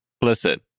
listen